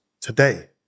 today